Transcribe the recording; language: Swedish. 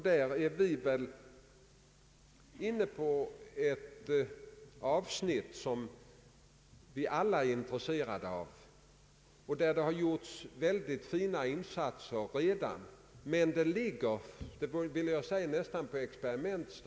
Där är vi inne på ett avsnitt som vi alla är intresserade av och där det redan har gjorts mycket fina insatser. Jag vill emellertid säga att denna verksamhet tills vidare närmast ligger på experimentplanet.